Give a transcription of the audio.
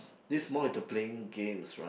this more into playing games right